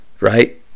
Right